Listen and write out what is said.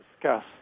discuss